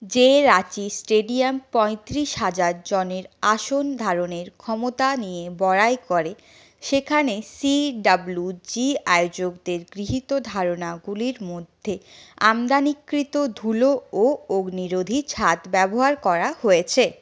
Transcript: যে রাঁচি স্টেডিয়াম পঁয়ত্রিশ হাজার জনের আসন ধারণের ক্ষমতা নিয়ে বড়াই করে সেখানে সিডব্লিউজি আয়োজকদের গৃহীত ধারণাগুলির মধ্যে আমদানিকৃত ধুলো ও অগ্নিরোধী ছাদ ব্যবহার করা হয়েছে